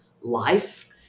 life